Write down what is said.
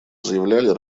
заявляли